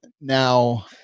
now